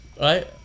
right